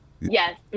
Yes